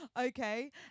Okay